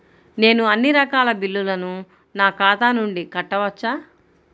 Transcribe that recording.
నేను అన్నీ రకాల బిల్లులను నా ఖాతా నుండి కట్టవచ్చా?